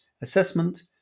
assessment